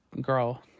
girl